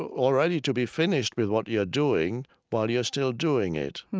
already to be finished with what you're doing while you're still doing it.